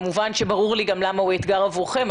כמובן שברור לי גם למה הוא אתגר עבורכם.